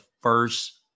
first